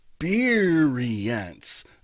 experience